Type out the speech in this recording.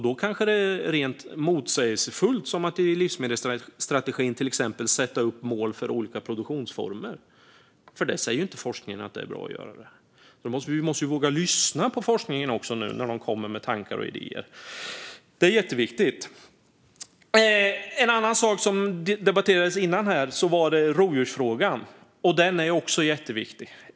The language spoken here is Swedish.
Då kanske det är rent motsägelsefullt att i livsmedelsstrategin till exempel sätta upp mål för olika produktionsformer. Forskningen säger inte att det är bra att göra det. Vi måste ju våga lyssna på forskningen när den kommer med tankar och idéer. Det är jätteviktigt. En annan sak som debatterades innan här var rovdjursfrågan. Den är också jätteviktig.